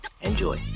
enjoy